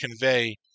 convey